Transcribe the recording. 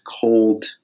cold